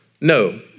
no